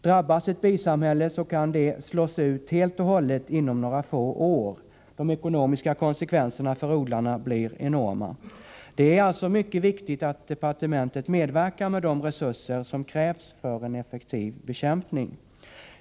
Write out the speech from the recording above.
Drabbas ett bisamhälle kan det slås ut helt och hållet inom några få år. De ekonomiska konsekvenserna för odlarna blir enorma. Det är alltså mycket viktigt att departementet medverkar med de resurser som krävs för en effektiv bekämpning.